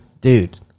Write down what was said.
Dude